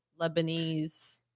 lebanese